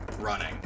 running